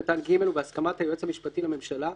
קטן (ג) ובהסכמת היועץ המשפטי לממשלה,